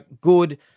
good